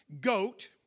GOAT